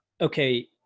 okay